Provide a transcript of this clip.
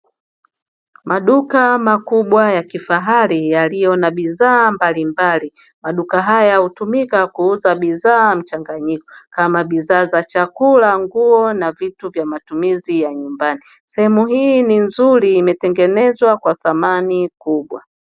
Maduka makubwa ya kifahari yaliyo na bidhaa mbalimbali. Maduka haya hutumika kuuza bidhaa mchanganyiko kama bidhaa za chakula, nguo na vitu vya matumizi ya nyumbani. Sehemu hii ni nzuri imetengenezwa kwa thamani kubwa.